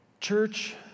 Church